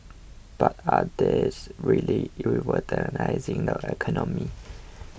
but are these really revolutionising the economy